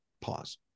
pause